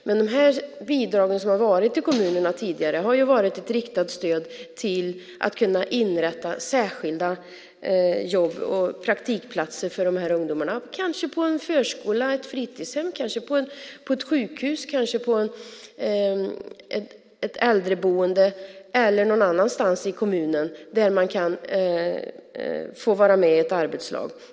Men de bidrag som kommunerna har fått tidigare har varit ett riktat stöd för att inrätta särskilda jobb och praktikplatser för de här ungdomarna, kanske på en förskola, ett fritidshem, ett sjukhus, ett äldreboende eller någon annanstans i kommunen där de kan få vara med i ett arbetslag.